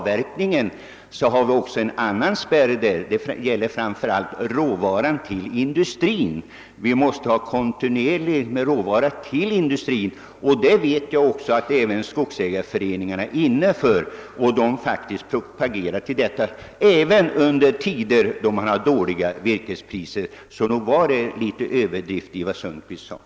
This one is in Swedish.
Vi har dessutom en annan spärr mot en onormal avverkning, nämligen behovet av kontinuerlig råvarutillförsel till industrin. Skogsägarföreningarna propagerar för att man skall ta hänsyn härtill även under tider med dåliga virkespriser. Så nog låg det en viss överdrift i vad herr Sundkvist sade.